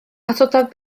atodaf